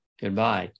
Goodbye